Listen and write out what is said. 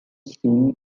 sin